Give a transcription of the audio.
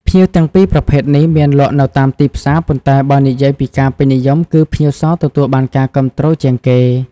ផ្ញៀវទាំងពីរប្រភេទនេះមានលក់នៅតាមទីផ្សារ ប៉ុន្តែបើនិយាយពីការពេញនិយម គឺ ផ្ញៀវស ទទួលបានការគាំទ្រជាងគេ។